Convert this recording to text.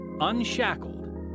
Unshackled